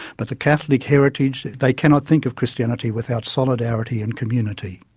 but the catholic heritage, they cannot think of christianity without solidarity and community.